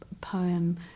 poem